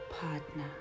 partner